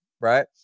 right